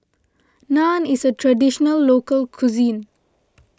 Naan is a Traditional Local Cuisine